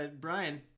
Brian